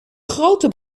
grote